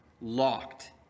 locked